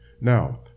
now